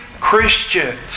Christians